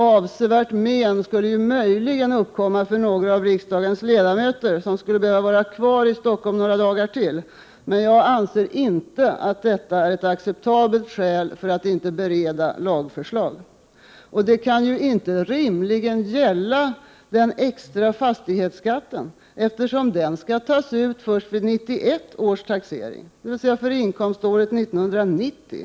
”Avsevärt men” skulle möjligen uppkomma för några av riksdagens ledamöter som skulle behöva vara kvar i Stockholm några dagar till. Men jag anser inte att det är ett acceptabelt skäl för att inte bereda lagförslag. Och det kan rimligen inte gälla den extra fastighetsskatten, eftersom den skall tas ut först vid 1991 års taxering, dvs. för inkomståret 1990.